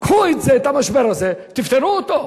קחו את זה, את המשבר הזה, תפתרו אותו.